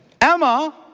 Emma